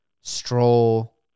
Stroll